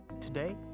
Today